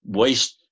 waste